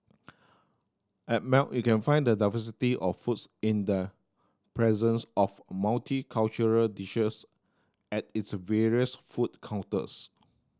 at Melt you can find the diversity of foods in the presence of multicultural dishes at its various food counters